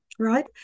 right